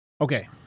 Okay